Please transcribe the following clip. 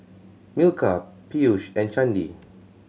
Milkha Peyush and Chandi